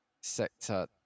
sector